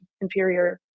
inferior